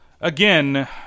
again